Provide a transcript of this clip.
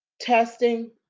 testing